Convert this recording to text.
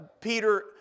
Peter